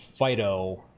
phyto